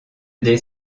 des